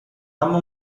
اما